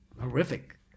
horrific